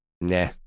nah